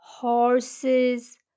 horses